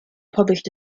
published